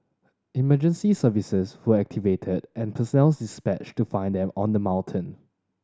emergency services were activated and personnel dispatched to find them on the mountain